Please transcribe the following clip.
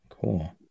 Cool